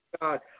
god